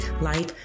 life